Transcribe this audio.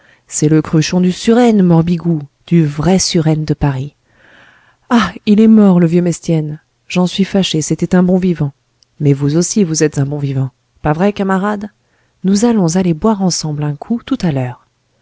c'est le cruchon du suresne morbigou du vrai suresne de paris ah il est mort le vieux mestienne j'en suis fâché c'était un bon vivant mais vous aussi vous êtes un bon vivant pas vrai camarade nous allons aller boire ensemble un coup tout à l'heure